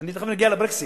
אני תיכף אגיע לברקסים.